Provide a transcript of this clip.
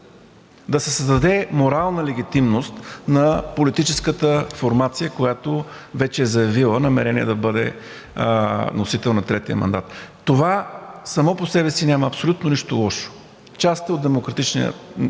да се създаде морална легитимност на политическата формация, която вече е заявила намерение да бъде носител на третия мандат. В това, само по себе си, няма абсолютно нищо лошо – част е от демократичния